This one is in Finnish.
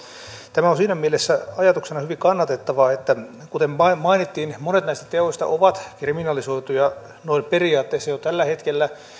tämä on siinä mielessä ajatuksena hyvin kannatettavaa että kuten mainittiin monet näistä teoista ovat kriminalisoituja noin periaatteessa jo tällä hetkellä